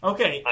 Okay